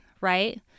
right